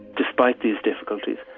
despite these difficulties,